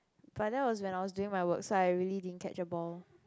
but that was when I was doing my work so I really didn't catch a ball